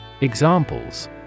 Examples